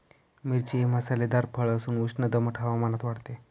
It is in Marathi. मिरची हे मसालेदार फळ असून उष्ण दमट हवामानात वाढते